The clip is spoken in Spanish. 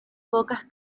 pocas